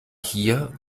hier